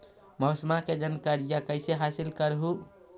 मौसमा के जनकरिया कैसे हासिल कर हू?